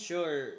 Sure